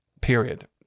period